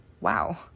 Wow